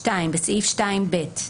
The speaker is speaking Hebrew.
בסעיף 2ב,